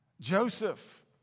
Joseph